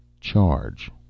charge